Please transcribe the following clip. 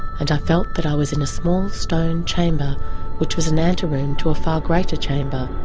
and i felt that i was in a small stone chamber which was an anteroom to a far greater chamber,